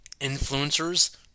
influencers